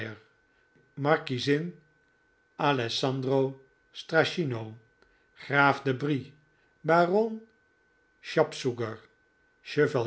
markiezin alessandro strachino graaf de brie baron